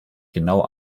genau